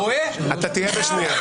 מי שצועק, אני מוציא אותו.